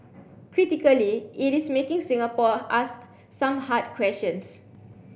critically it is making Singapore ask some hard questions